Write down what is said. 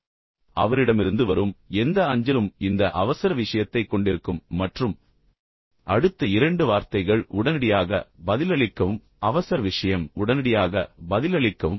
எனவே அவரிடமிருந்து வரும் எந்த அஞ்சலும் இந்த அவசர விஷயத்தைக் கொண்டிருக்கும் மற்றும் அடுத்த இரண்டு வார்த்தைகள் உடனடியாக பதிலளிக்கவும் அவசர விஷயம் உடனடியாக பதிலளிக்கவும்